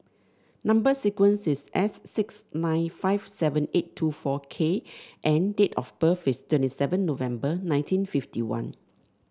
number sequence is S six nine five seven eight two four K and date of birth is twenty seven November nineteen fifty one